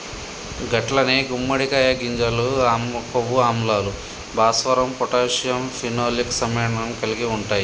గట్లనే గుమ్మడికాయ గింజలు కొవ్వు ఆమ్లాలు, భాస్వరం పొటాషియం ఫినోలిక్ సమ్మెళనాలను కలిగి ఉంటాయి